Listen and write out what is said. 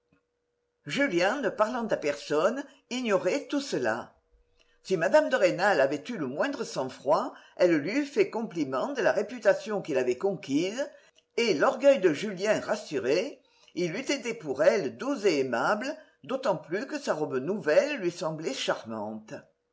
julien ne parlant à personne ignorait tout cela si mme de rênal avait eu le moindre sang-froid elle lui eût fait compliment de la réputation qu'il avait conquise et l'orgueil de julien rassuré il eût été pour elle doux et aimable d'autant plus que la robe nouvelle lui semblait charmante